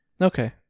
okay